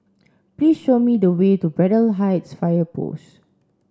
please show me the way to Braddell Heights Fire Post